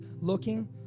looking